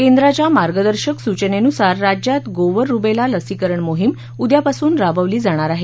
केंद्राच्या मार्गदर्शक सूचनेनुसार राज्यात गोवर रुबेला लसीकरण मोहीम उद्यापासून राबवली जाणार आहे